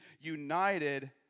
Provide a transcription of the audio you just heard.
united